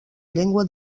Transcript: llengua